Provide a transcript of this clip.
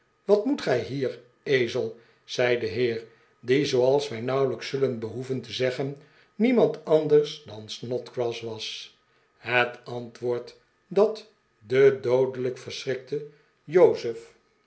wat moet gij hier ezel zei de heer die zooals wij nauwelijks zullen behoeven te zeggen niemand anders dan snodgrass was het antwoord dat de doodelijk verschrikte jozef